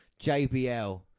JBL